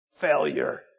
Failure